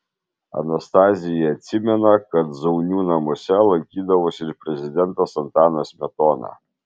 anastazija atsimena kad zaunių namuose lankydavosi ir prezidentas antanas smetona